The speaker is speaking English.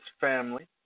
family